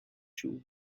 two